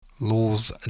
Laws